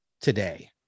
today